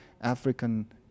African